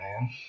man